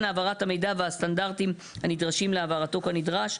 העברת המידע והסטנדרטים הנדרשים להעברתו כנדרש.